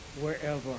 wherever